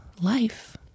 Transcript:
life